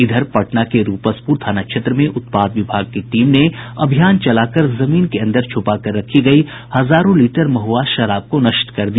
इधर पटना के रूपसपुर थाना क्षेत्र में उत्पाद विभाग की टीम ने अभियान चलाकर जमीन के अंदर छुपाकर रखी गयी हजारों लीटर महुआ शराब को नष्ट कर दिया